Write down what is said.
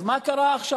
אז מה קרה עכשיו?